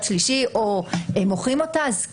זה לא הפקעה של הזכות הקניינית שלו,